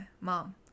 mom